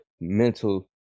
mental